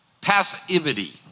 Passivity